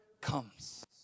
comes